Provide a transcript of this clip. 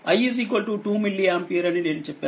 i 2మిల్లిఆంపియర్ అని నేను చెప్పాను